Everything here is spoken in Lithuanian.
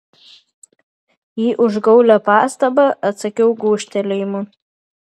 į užgaulią pastabą atsakiau gūžtelėjimu